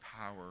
power